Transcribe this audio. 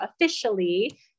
officially